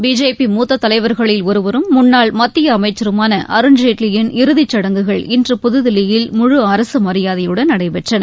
BJP மூத்த தலைவர்களில் ஒருவரும் முன்னாள் மத்திய அமைச்சருமான அருண்ஜேட்லியின் இறுதிச் சுடங்குகள் இன்று புதுதில்லியில் முழு அரசு மரியாதையுடன் நடைபெற்றன